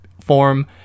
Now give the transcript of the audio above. form